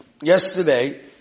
Yesterday